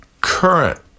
current